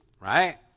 right